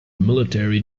military